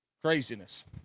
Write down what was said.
Craziness